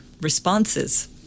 responses